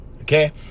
Okay